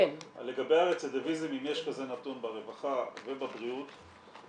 לגבי הרצידיביזם אם יש כזה נתון ברווחה ובבריאות זה יהיה נהדר.